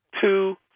two